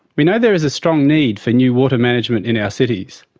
we know there is a strong need for new water management in our cities.